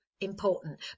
important